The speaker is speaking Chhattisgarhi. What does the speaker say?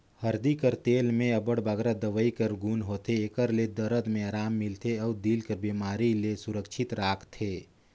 हरदी कर तेल में अब्बड़ बगरा दवई कर गुन होथे, एकर ले दरद में अराम मिलथे अउ दिल कर बेमारी ले सुरक्छित राखथे